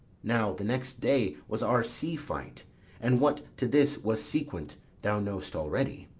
now, the next day was our sea-fight and what to this was sequent thou know'st already.